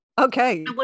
Okay